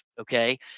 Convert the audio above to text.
okay